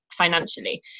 financially